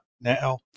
now